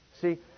See